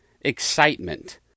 excitement